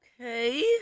Okay